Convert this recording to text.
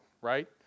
right